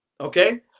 okay